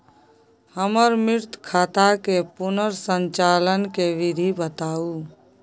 हमर मृत खाता के पुनर संचालन के विधी बताउ?